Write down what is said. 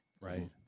Right